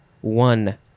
one